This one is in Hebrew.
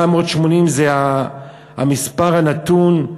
780, זה המספר, הנתון,